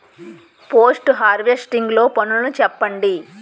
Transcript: Post harvesting లో పనులను చెప్పండి?